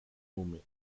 húmedo